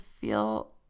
feel